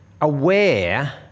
aware